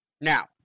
Now